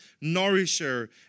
nourisher